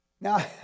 Now